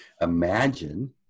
imagine